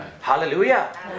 Hallelujah